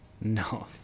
No